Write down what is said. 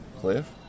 Cliff